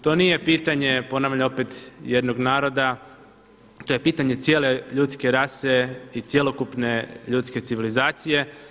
To nije pitanje, ponavljam opet jednog naroda, to je pitanje cijele ljudske rase i cjelokupne ljudske civilizacije.